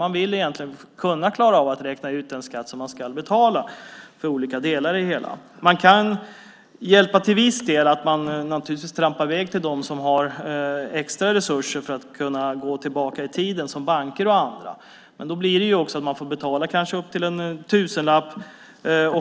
Man vill egentligen klara av att räkna ut den skatt som man ska betala för olika delar i det hela. Man kan till viss del få hjälp genom att man trampar iväg till dem som har extra resurser för att kunna gå tillbaka i tiden, som banker och andra. Men då får man kanske betala upp till en tusenlapp.